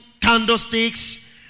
candlesticks